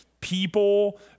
people